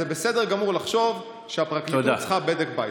זה בסדר גמור לחשוב שהפרקליטות צריכה בדק בית.